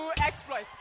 exploits